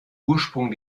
ursprung